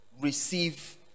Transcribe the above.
receive